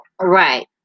Right